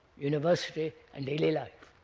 university, and daily life.